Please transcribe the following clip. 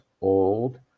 old